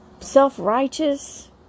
self-righteous